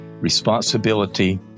responsibility